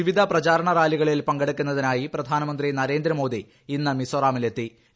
വിവിധ പ്രചാരണറാലികളിൽ പങ്കെടുക്കുന്നതിനായി പ്രധാനമന്ത്രി നരേന്ദ്രമോദി ഇന്ന് മിസോറാമിലെത്തും